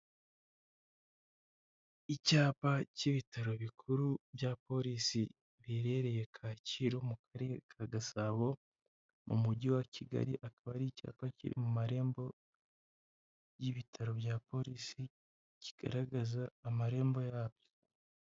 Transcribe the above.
Icyapa cy'ibitaro bikuru bya polisi biherereye Kacyiru mu karere ka Gasabo mu mujyi wa Kigali, akaba ari icyapa kiri mu marembo y'ibitaro bya polisi kigaragaza amarembo yabyo.